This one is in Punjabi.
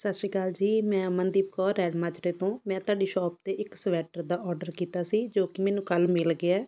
ਸਤਿ ਸ਼੍ਰੀ ਅਕਾਲ ਜੀ ਮੈਂ ਅਮਨਦੀਪ ਕੌਰ ਰੈਲ ਮਾਜਰੇ ਤੋਂ ਮੈਂ ਤੁਹਾਡੀ ਸ਼ੋਪ ਤੋਂ ਇੱਕ ਸਵੈਟਰ ਦਾ ਔਡਰ ਕੀਤਾ ਸੀ ਜੋ ਕਿ ਮੈਨੂੰ ਕੱਲ੍ਹ ਮਿਲ ਗਿਆ